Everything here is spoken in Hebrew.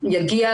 יגיע